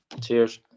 cheers